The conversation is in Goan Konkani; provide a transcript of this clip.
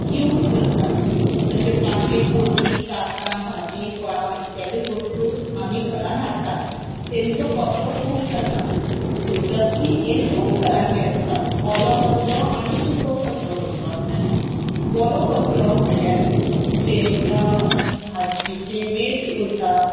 यूज करतात जशें प्लास्टीक पोती कागदां भाजी फळां इत्यादी वस्तू आमी घरान हाडटात तेंचो कचरो खूब जाता सो डस्टबीन हें दोन तरांचें आसता ओलो कचरो आनी सुको कचरो म्हणपाक मेळटा ओलो कचरो म्हणल्यार जें भाजेचें वेस्ट उरता